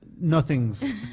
nothings